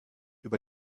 über